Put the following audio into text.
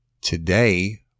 Today